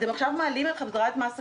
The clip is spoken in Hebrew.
עכשיו אתם מעלים בחזרה את מס הקנייה.